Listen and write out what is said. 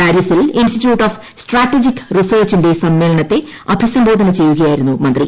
പാരീസിൽ institute of strategic റിസർച്ചിന്റെ സമ്മേളനത്തെ അഭിസംബോധന ചെയ്യുകയായിരുന്നു മന്ത്രി